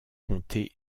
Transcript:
conter